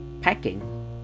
packing